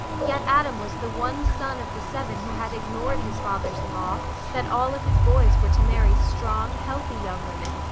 yet adam was the one son of the seven who had ignored his father's law that all of his boys were to marry strong, healthy young women,